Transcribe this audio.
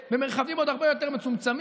במרחבים עוד הרבה יותר מצומצמים.